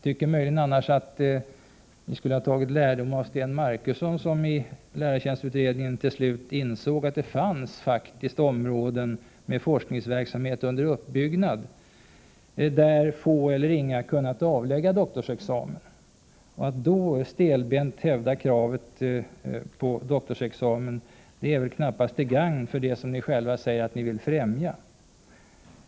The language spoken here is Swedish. Jag tycker annars att ni borde ha tagit lärdom av Sten Marcusson, som i lärartjänstutredningen till slut insåg att det faktiskt fanns områden med forskningsverksamhet under uppbyggnad, där få eller inga kunnat avlägga doktorsexamen. Att då stelbent hävda examenskravet är knappast till gagn för det ni själva säger er vilja främja.